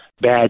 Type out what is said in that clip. bad